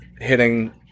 hitting